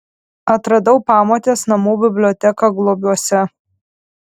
atradau pamotės namų biblioteką globiuose